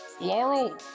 Laurel